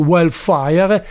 Wildfire